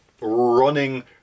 running